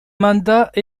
mandats